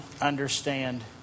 understand